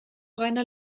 reiner